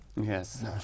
Yes